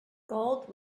gold